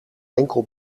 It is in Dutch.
enkel